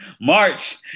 March